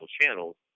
channels